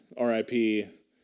RIP